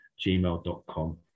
gmail.com